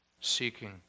seeking